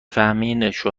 شوهرتون